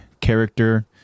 character